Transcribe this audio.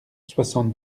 soixante